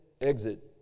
exit